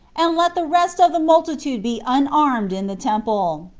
and let the rest of the multitude be unarmed in the temple,